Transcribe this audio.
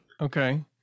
Okay